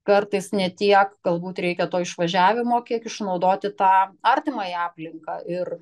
kartais ne tiek galbūt reikia to išvažiavimo kiek išnaudoti tą artimąją aplinką ir